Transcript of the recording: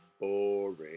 boring